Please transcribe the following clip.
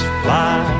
fly